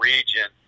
Region